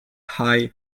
hay